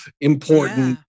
important